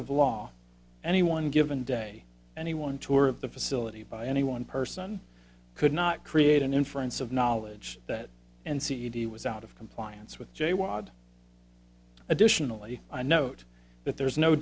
of law any one given day any one tour of the facility by any one person could not create an inference of knowledge that and cd was out of compliance with j wod additionally i note that there is no